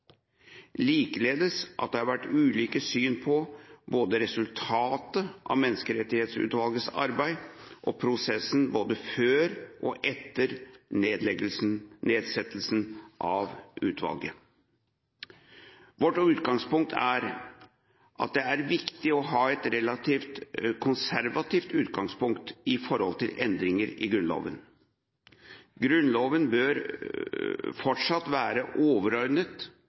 likeledes at det har vært ulike syn på både resultatet av Menneskerettighetsutvalgets arbeid og prosessen både før og etter nedsettelsen av utvalget. Vårt utgangspunkt er at det er viktig å ha et relativt konservativt utgangspunkt når det gjelder endringer i Grunnloven. Grunnloven bør fortsatt være overordnet